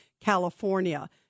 California